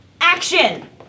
action